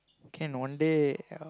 can one day uh